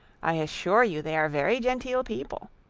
i assure you they are very genteel people.